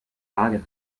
waage